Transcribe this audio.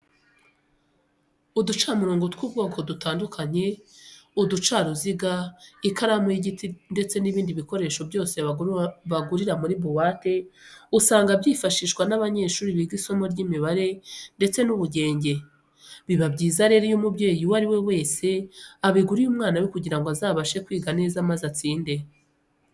Uducamurongo tw'ubwoko butandukanye, uducaruziga, ikaramu y'igiti ndetse n'ibindi bikoresho byose bagurira muri buwate usanga byifashishwa n'abanyeshuri biga isomo ry'imibare ndetse n'ubugenge. Biba byiza rero iyo umubyeyi uwo ari we wese abiguriye umwana we kugira ngo azabashe kwiga neza maze atsinde.